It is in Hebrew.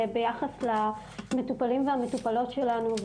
ביחס למטופלים והמטופלות שלנו,